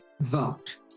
vote